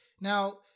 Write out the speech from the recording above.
Now